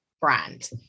brand